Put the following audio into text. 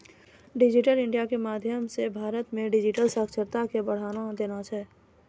digital India के माध्यम से भारत मे डिजिटल साक्षरता के बढ़ावा देना छै